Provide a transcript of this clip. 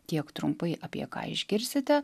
tiek trumpai apie ką išgirsite